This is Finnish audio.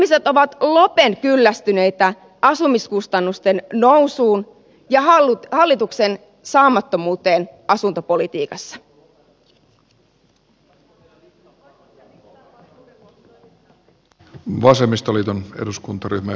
ihmiset ovat lopen kyllästyneitä asumiskustannusten nousuun ja hallituksen saamattomuuteen asuntopolitiikassa